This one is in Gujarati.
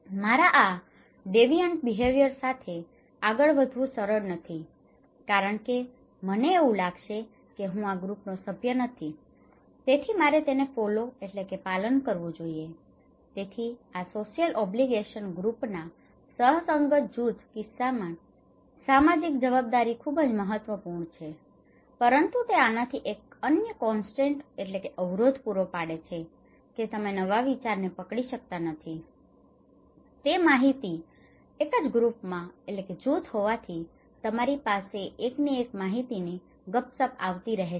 મારા આ ડેવીયન્ટ બિહેવિયર સાથે આગળ વધવું સરળ નથી કારણ કે મને એવું લાગશે કે હું આ ગ્રુપનો સભ્ય નથી તેથી મારે તેને ફોલો follow પાલન કરવું જોઈએ તેથી આ સોશિયલ ઓબ્લીગેશન ગ્રુપના social obligation group સહસંગત જૂથ કિસ્સામાં સામાજિક જવાબદારી ખૂબ જ મહત્વપૂર્ણ છે પરંતુ તે આનાથી એક અન્ય કોનસ્ટ્રેન constrain અવરોધ પૂરો પાડે છે કે તમે નવા વિચારને પકડી શકતા નથી તે માહિતી એક જ ગ્રુપમાં groupજુથ હોવાથી તમરી પાસે એકની એક જ માહિતીની ગપસપ આવતી રહે છે